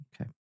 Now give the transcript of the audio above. Okay